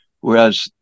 whereas